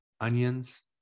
onions